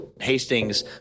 Hastings